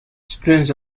students